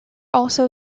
also